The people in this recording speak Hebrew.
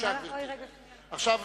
ולכן אעזור